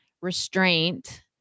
restraint